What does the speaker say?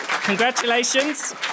Congratulations